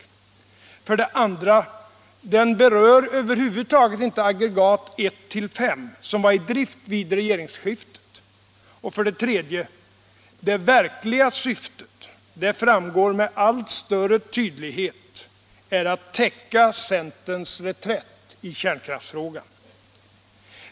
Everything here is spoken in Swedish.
tillföra kärnreak För det andra: Den berör över huvud taget inte aggregat 1-5 som tor kärnbränsle, var i drift vid regeringsskiftet. m.m. För det tredje: Det verkliga syftet — det framgår med allt större tydlighet — är att täcka centerns reträtt i kärnkraftsfrågan.